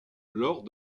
lors